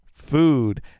food